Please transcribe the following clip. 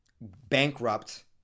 bankrupt